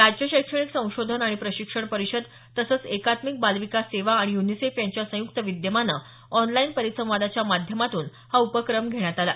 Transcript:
राज्य शैक्षणिक संशोधन आणि प्रशिक्षण परिषद तसंच एकात्मिक बाल विकास सेवा आणि युनिसेफ यांच्या संयुक्त विद्यमानं ऑनलाईन परिसंवादाच्या माध्यमातून हा उपक्रम घेण्यात आला